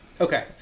Okay